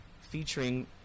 featuring